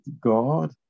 God